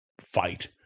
fight